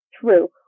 true